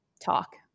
talk